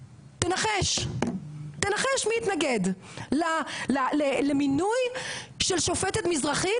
תנחש, תנחש מי התנגד למינוי של שופטת מזרחית?